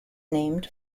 named